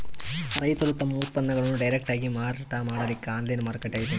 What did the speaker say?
ರೈತರು ತಮ್ಮ ಉತ್ಪನ್ನಗಳನ್ನು ಡೈರೆಕ್ಟ್ ಆಗಿ ಮಾರಾಟ ಮಾಡಲಿಕ್ಕ ಆನ್ಲೈನ್ ಮಾರುಕಟ್ಟೆ ಐತೇನ್ರೀ?